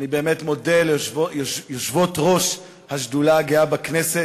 אני באמת מודה ליושבות-ראש השדולה הגאה בכנסת.